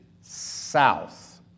south